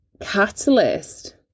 catalyst